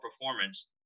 performance